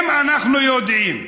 אנחנו יודעים,